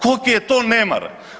Koliki je to nemar.